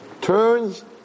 Turns